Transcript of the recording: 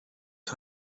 his